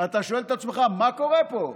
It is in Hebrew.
אתה שואל את עצמך: מה קורה פה?